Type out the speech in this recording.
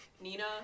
Nina